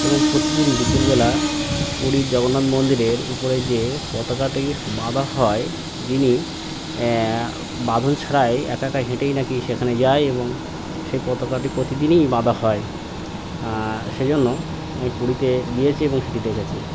এবং প্রতিদিন বিকেলবেলা পুরী জগন্নাথ মন্দিরের উপরে যে পতাকাটি বাঁধা হয় যিনি বাঁধন ছাড়াই একা একা হেঁটেই নাকি সেখানে যায় এবং সেই পতাকাটি প্রতিদিনই বাঁধা হয় সেজন্য আমি পুরীতে গিয়েছি এবং সেটি দেখেছি